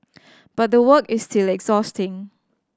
but the work is still exhausting